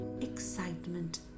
excitement